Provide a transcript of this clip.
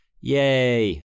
Yay